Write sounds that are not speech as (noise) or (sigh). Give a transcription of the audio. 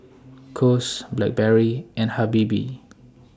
(noise) Kose Blackberry and Habibie